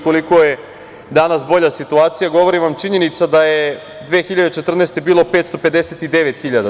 Koliko je danas bolja situacija govori vam činjenica da je 2014. godine bilo 559.000.